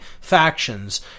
factions